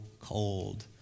cold